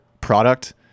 product